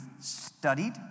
studied